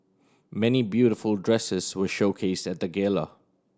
many beautiful dresses were showcased at the gala